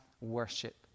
worship